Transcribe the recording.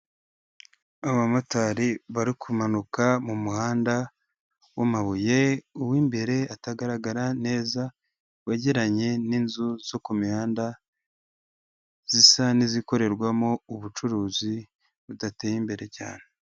Abamotari bari kumanuka mu muhanda w'amabuye, uw'imbere atagaragara neza wegeranye n'inzu zo ku mihanda zisa n'izikorerwamo ubucuruzi budateye imbere cyane.